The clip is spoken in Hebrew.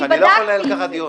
אני לא יכול לנהל ככה דיון,